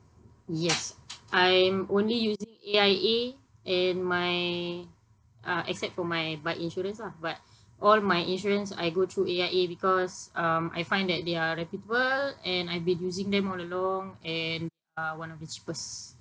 yes I am only using A_I_A and my uh except for my bike insurance lah but all my insurance I go through A_I_A because um I find that they are reputable and I've been using them all along and uh one of the cheapest